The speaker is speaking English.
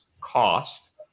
cost